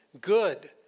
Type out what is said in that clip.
good